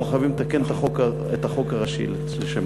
אנחנו חייבים לתקן את החוק הראשי לשם כך.